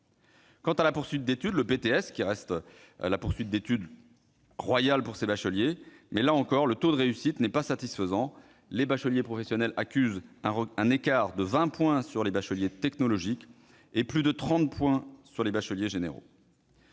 Quant à la poursuite d'études, le BTS reste la voie « royale » pour ces bacheliers. Mais, là encore, le taux de réussite n'est pas satisfaisant : les bacheliers professionnels accusent un écart de 20 points sur les bacheliers technologiques et de plus de 30 points sur les bacheliers généraux.